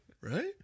Right